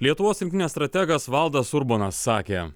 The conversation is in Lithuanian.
lietuvos rinktinės strategas valdas urbonas sakė